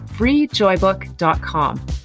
FreeJoybook.com